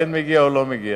כן מגיע או לא מגיע.